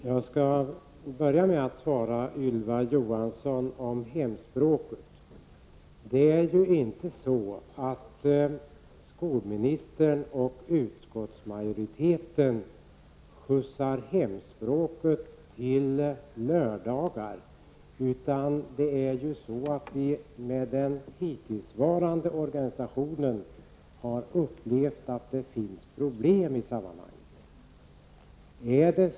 Herr talman! Jag skall börja med att svara Ylva Skolministern och utskottsmajoriteten har inte skjutsat över hemspråket till lördagar. Med den hittillsvarande organisationen har vi upplevt att det finns problem i sammanhanget.